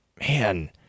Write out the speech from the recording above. Man